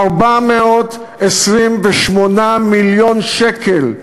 428 מיליון שקל.